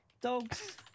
Dogs